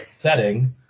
Setting